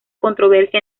controversia